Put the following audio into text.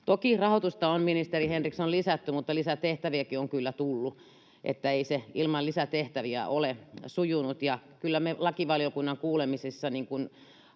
Toki rahoitusta on, ministeri Henriksson, lisätty, mutta lisätehtäviäkin on kyllä tullut, ei se ilman lisätehtäviä ole sujunut. Ja kyllä me lakivaliokunnan kuulemisissa